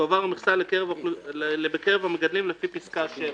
תועבר המכסה לחלוקה בקרב המגדלים לפי פסקה (7);"